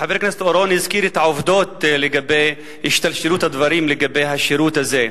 חבר הכנסת אורון הזכיר את העובדות לגבי השתלשלות הדברים של השירות הזה.